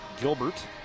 Gilbert